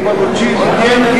מכן אני